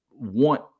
want